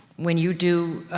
when you do,